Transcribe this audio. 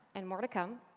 and more to come,